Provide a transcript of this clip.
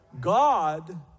God